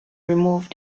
remove